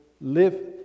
live